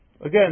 again